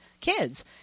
kids